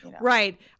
Right